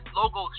logo